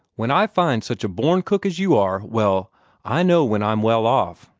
when i find such a born cook as you are well i know when i'm well off.